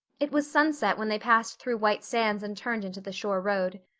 it was sunset when they passed through white sands and turned into the shore road.